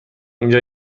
اینجا